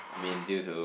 I mean due to